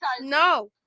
no